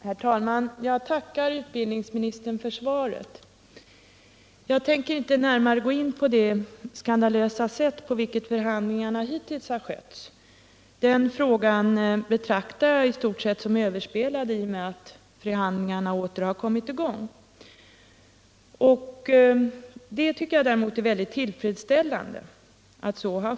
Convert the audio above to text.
Herr talman! Jag tackar utbildningsministern för svaret. Jag tänker inte gå närmare in på det skandalösa sätt på vilket förhandlingarna hittills har förts — den frågan betraktar jag i stort sett som överspelad i och med att förhandlingarna åter har kommit i gång. Att så har skett tycker jag däremot är tillfredsställande.